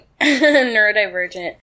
neurodivergent